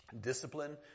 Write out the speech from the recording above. discipline